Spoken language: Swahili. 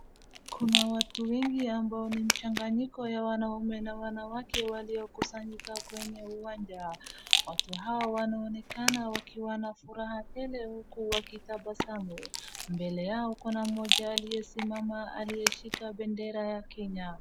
Kuna watu wengi ambao ni mchanganyiko ya wanaume na wanawake waliokusanyika kwenye uwanja. watu hawa wanaonekana wakiwa na furaha tele huku wakitabasamu. Mbele yao kuna mmoja aliyesimama aliyeshika bendera ya Kenya.